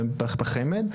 בחמ"ד?